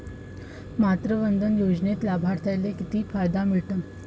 मातृवंदना योजनेत लाभार्थ्याले किती फायदा भेटन?